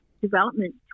development